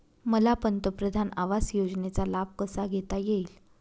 मला पंतप्रधान आवास योजनेचा लाभ कसा घेता येईल?